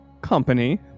Company